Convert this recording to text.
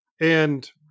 and-